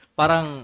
parang